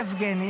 יבגני,